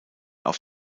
auf